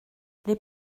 les